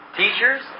teachers